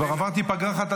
עברתי פגרה אחת.